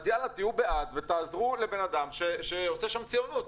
אז תהיו בעד ותעזרו לאדם שעושה שם ציונות.